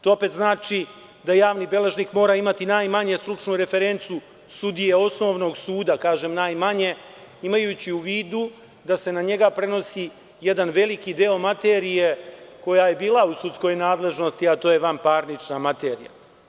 To opet znači da javni beležnik mora imati najmanje stručnu referencu sudije osnovnog suda, kažem najmanje, imajući u vidu da se na njega prenosi jedan veliki deo materije koja je bila u sudskoj nadležnosti, a to je vanparnična materija.